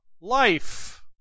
life